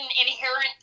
inherent